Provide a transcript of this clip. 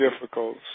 difficult